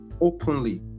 openly